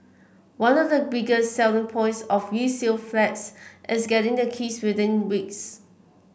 one of the biggest selling points of resale flats is getting the keys within weeks